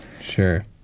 Sure